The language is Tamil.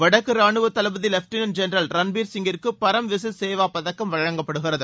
வடக்கு ராணுவ தளபதி லெப்டினள்ட் ஜெனரல் ரன்பீர் சிங்கிற்கு பரம் விசிஸ்ட் சேவா பதக்கம் வழங்கப்படுகிறது